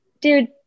dude